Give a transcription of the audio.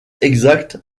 exacte